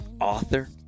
author